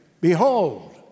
Behold